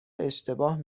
اشتباه